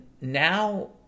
now